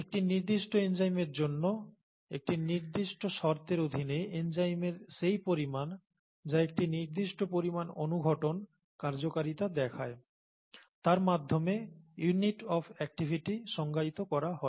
একটি নির্দিষ্ট এনজাইমের জন্য একটি নির্দিষ্ট শর্তের অধীনে এনজাইমের সেই পরিমাণ যা একটি নির্দিষ্ট পরিমাণ অনুঘটন কার্যকারিতা দেখায় তার মাধ্যমে ইউনিট অফ অ্যাক্টিভিটি সংজ্ঞায়িত করা হয়